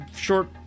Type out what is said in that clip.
short